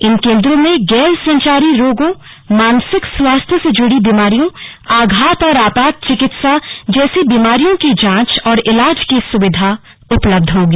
इन केन्द्रों में गैर संचारी रोगों मानसिक स्वास्थ्य से जुड़ी बीमारियों आघात और आपात चिकित्साा जैसी बीमारियों की जांच और इलाज की सुविधा उपलब्ध होगी